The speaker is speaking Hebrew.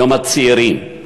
יום הצעירים.